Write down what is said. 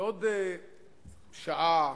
בעוד שעה,